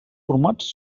formats